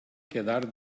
quedar